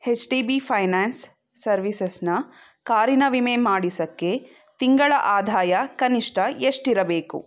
ಹೆಚ್ D B finance ಸರ್ವೀಸಸ್ನ ಕಾರಿನ ವಿಮೆ ಮಾಡಿಸೋಕ್ಕೆ ತಿಂಗಳ ಆದಾಯ ಕನಿಷ್ಠ ಎಷ್ಟಿರಬೇಕು